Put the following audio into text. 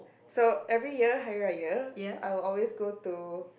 so every year Hari Raya I will always go to